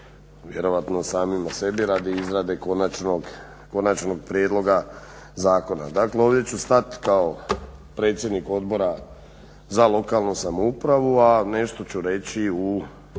vjerojatno samima sebi, radi izrade konačnog prijedloga zakona. Dakle ovdje ću stat kao predsjednik Odbora za lokalnu samoupravu, a nešto ću reći,